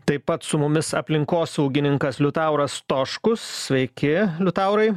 taip pat su mumis aplinkosaugininkas liutauras stoškus sveiki liutaurai